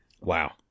Wow